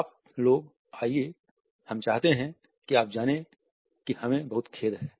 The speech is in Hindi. आप लोग आइए हम चाहते हैं कि आप जानें कि हमें बहुत खेद है